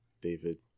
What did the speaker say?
David